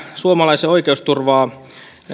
suomalaisen oikeusturvaa